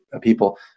people